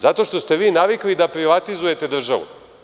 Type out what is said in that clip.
Zato što ste vi navikli da privatizujete državu.